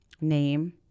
name